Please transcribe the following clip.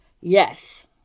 Yes